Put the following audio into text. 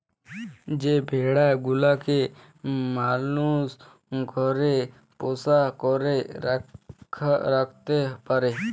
যে ভেড়া গুলাকে মালুস ঘরে পোষ্য করে রাখত্যে পারে